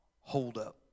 holdup